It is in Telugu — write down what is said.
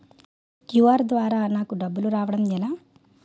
క్యు.ఆర్ ద్వారా నాకు డబ్బులు రావడం ఎలా?